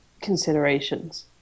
considerations